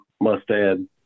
Mustad